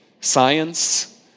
science